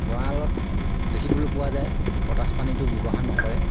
গঁৰালত দেখিবলৈ পোৱা যায় পটাছ পানীটো ব্যৱহাৰ নকৰে